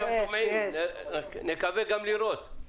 שומעים ורואים.